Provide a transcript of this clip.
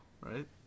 right